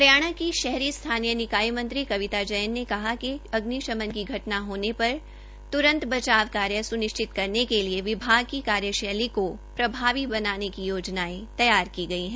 हरियाणा की शहरी स्थानीय निकाय मंत्री कविता जैन ने कहा कि अग्निशमन की घटना होने पर त्रंत बचाव कार्य स्निश्चित करने के लिये विभाग की कार्यशैली को प्रभावी बनाने की योजनाएं तैयार की जा रही है